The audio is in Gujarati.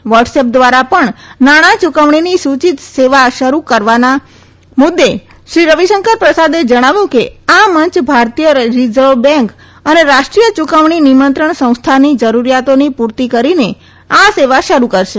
વોટસએપ દ્વારા પણ નાણાં યુકવણીની સુચિત સેવા શરૂક રવાના મુદૃ શ્રી રવિશંકર પ્રસાદે જણાવ્યું કે આ મંચ ભારતીય રીઝર્વ બેંક અને રાષ્ટ્રીય યુકવણી નિમંત્રણ સંસ્થાની જરૂરીયાતોની પુર્તિ કરીને આ સેવા શરૂ કરશે